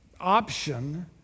option